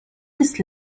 this